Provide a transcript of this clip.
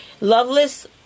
Loveless